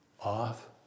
off